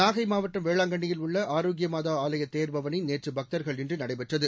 நாகை மாவட்டம் வேளாங்கண்ணியில் உள்ள ஆரோக்கிய மாதா ஆலய தேர் பவனி நேற்று பக்தர்கள் இன்றி நடைபெற்றது